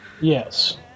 yes